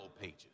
pages